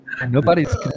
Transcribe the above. Nobody's